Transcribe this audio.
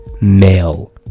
male